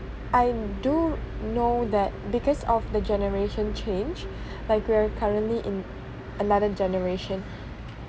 I do know that because of the generation change like we're currently in another generation